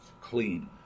clean